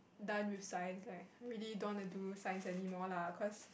done with science like I really don't want to do science anymore lah cause